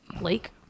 Lake